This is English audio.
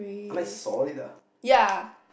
I like solid ah